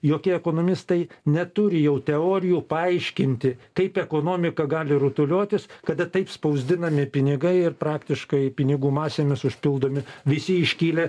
jokie ekonomistai neturi jau teorijų paaiškinti kaip ekonomika gali rutuliotis kada taip spausdinami pinigai ir praktiškai pinigų masėmis užpildomi visi iškilę